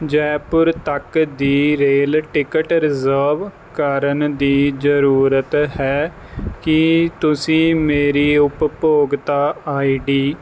ਜੈਪੁਰ ਤੱਕ ਦੀ rail ticket reserve ਕਰਨ ਦੀ ਜ਼ਰੂਰਤ ਹੈ ਕੀ ਤੁਸੀਂ ਮੇਰੀ ਉਪਭੋਗਤਾ ਆਈ ਡੀ